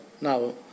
now